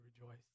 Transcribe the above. rejoice